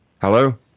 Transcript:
Hello